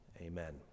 Amen